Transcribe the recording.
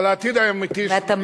אבל העתיד האמיתי של מדינת ישראל,